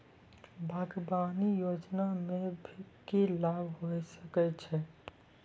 बागवानी योजना मे की लाभ होय सके छै?